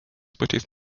pačiais